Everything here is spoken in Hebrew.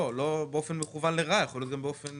לא באופן מכוון לרעה, יכול להיות גם באופן